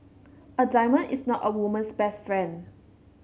a diamond is not a woman's best friend